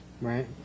Right